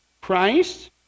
Christ